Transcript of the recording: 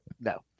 no